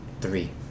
three